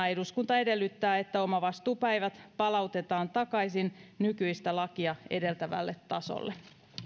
eduskunta edellyttää että omavastuupäivät palautetaan takaisin nykyistä lakia edeltävälle tasolle